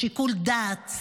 שיקול דעת,